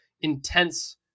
intense